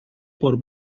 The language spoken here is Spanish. por